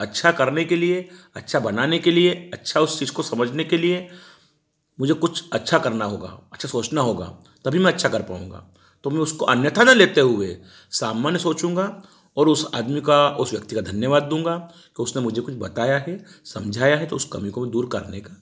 अच्छा करने के लिए अच्छा बनाने के लिए अच्छा उस चीज़ को समझने के लिए मुझे कुछ अच्छा करना होगा अच्छा सोचना होगा तभी मैं अच्छा कर पाऊँगा तो मैं उसको अन्यथा ना लेते हुए सामान्य सोचूँगा और उस आदमी का उस व्यक्ति का धन्यवाद दूँगा कि उसने मुझे कुछ बताया है समझाया है तो उस कमी को दूर करने का